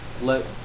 let